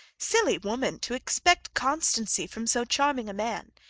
silly woman to expect constancy from so charming a man!